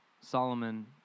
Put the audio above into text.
Solomon